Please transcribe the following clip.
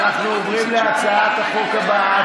ואנחנו עוברים להצעת החוק הבאה,